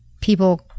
people